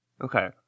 okay